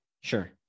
Sure